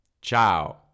Ciao